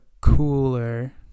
cooler